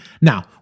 Now